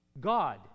God